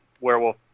werewolf